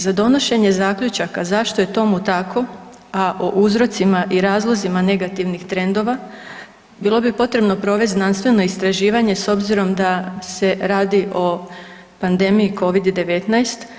Za donošenje zaključaka zašto je tomu tako, a o uzrocima i razlozima negativnih trendova bilo bi potrebno provest znanstveno istraživanje s obzirom da se radi o pandemiji Covid-19.